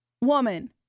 woman